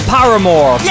Paramore